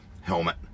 Helmet